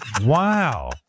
Wow